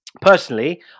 personally